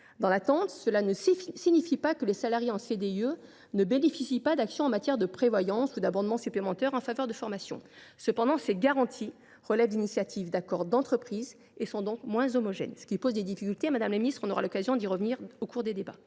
Dans l’attente, cela ne signifie pas que les salariés en CDIE ne bénéficient pas d’actions en matière de prévoyance ou d’abondement supplémentaire en faveur de la formation. Cependant, ces garanties relèvent d’accords d’entreprise et sont donc moins homogènes, ce qui pose des difficultés, madame la ministre ; nous aurons l’occasion d’y revenir au cours des débats.